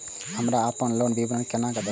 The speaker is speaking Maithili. हमरा अपन लोन के विवरण केना देखब?